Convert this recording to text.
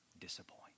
disappoint